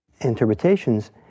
interpretations